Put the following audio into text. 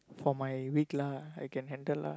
for my week lah I can handle lah